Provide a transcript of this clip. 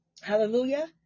Hallelujah